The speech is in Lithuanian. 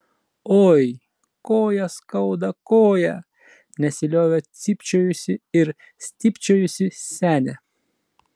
oi koją skauda koją nesiliovė cypčiojusi ir stypčiojusi senė